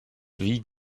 wie